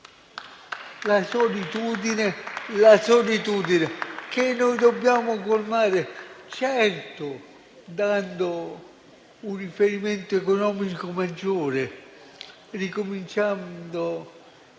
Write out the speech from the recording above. È la solitudine che noi dobbiamo colmare - certo - dando un riferimento economico maggiore, ricominciando